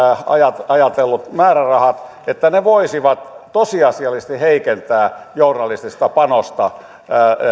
ajatellut ajatellut määrärahat voisivat tosiasiallisesti heikentää journalistista panosta